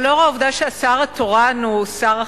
אבל לאור העובדה שהשר התורן הוא שר החינוך,